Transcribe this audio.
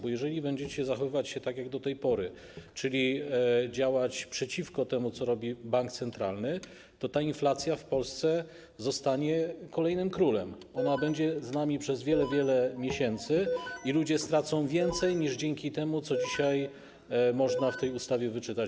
Bo jeżeli będziecie zachowywać się tak, jak do tej pory, czyli działać przeciwko temu, co robi bank centralny, to inflacja w Polsce zostanie kolejnym królem, ona będzie z nami przez wiele miesięcy i ludzie stracą więcej, niż zyskają dzięki temu, co dzisiaj można w tej ustawie wyczytać.